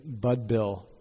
Budbill